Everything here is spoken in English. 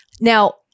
Now